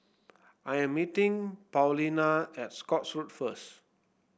I am meeting Paulina at Scotts Road first